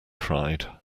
cried